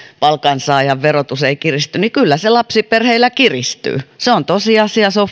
palkansaajan verotus ei kiristy kyllä se lapsiperheillä kiristyy se on tosiasia se on